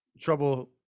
trouble